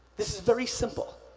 this is very simple.